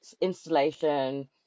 installation